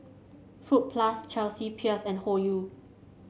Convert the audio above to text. Fruit Plus Chelsea Peers and Hoyu